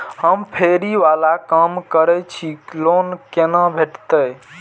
हम फैरी बाला काम करै छी लोन कैना भेटते?